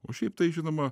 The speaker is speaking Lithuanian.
o šiaip tai žinoma